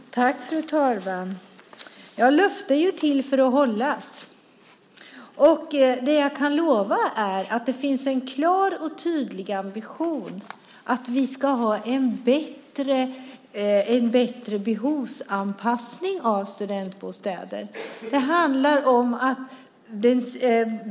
Fru talman! Löften är till för att hållas. Det jag kan lova är att det finns en klar och tydlig ambition att vi ska ha bättre behovsanpassning av studentbostäder.